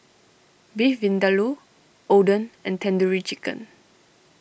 Beef Vindaloo Oden and Tandoori Chicken